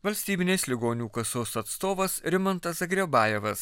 valstybinės ligonių kasos atstovas rimantas zagrebajevas